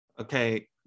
Okay